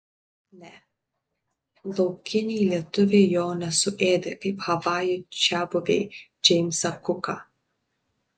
ne laukiniai lietuviai jo nesuėdė kaip havajų čiabuviai džeimsą kuką